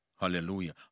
Hallelujah